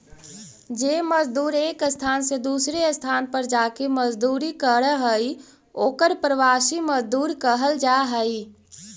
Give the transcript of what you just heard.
जे मजदूर एक स्थान से दूसर स्थान पर जाके मजदूरी करऽ हई ओकर प्रवासी मजदूर कहल जा हई